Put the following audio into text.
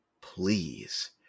please